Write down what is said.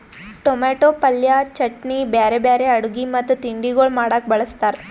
tomato ಪಲ್ಯ, ಚಟ್ನಿ, ಬ್ಯಾರೆ ಬ್ಯಾರೆ ಅಡುಗಿ ಮತ್ತ ತಿಂಡಿಗೊಳ್ ಮಾಡಾಗ್ ಬಳ್ಸತಾರ್